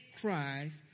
Christ